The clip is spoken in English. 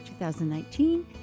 2019